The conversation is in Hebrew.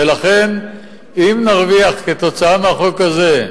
ולכן, אם נרוויח, כתוצאה מהחוק הזה,